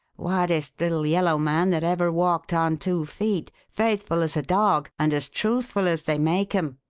whitest little yellow man that ever walked on two feet faithful as a dog, and as truthful as they make em.